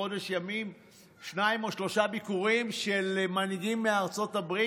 בחודש ימים שניים או שלושה ביקורים של מנהיגים מארצות הברית,